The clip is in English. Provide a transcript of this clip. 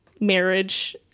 marriage